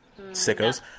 Sickos